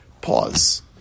pause